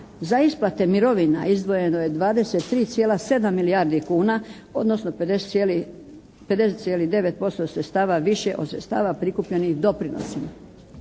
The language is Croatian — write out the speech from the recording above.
Za isplate mirovina izdvojeno je 23,7 milijardi kuna, odnosno 50,9 posto sredstava više od sredstava prikupljenih doprinosima.